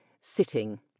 sitting